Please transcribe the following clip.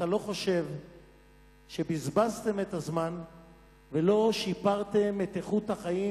אתה לא חושב שבזבזתם את הזמן ולא שיפרתם את איכות החיים